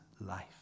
life